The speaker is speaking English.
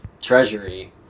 treasury